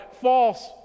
false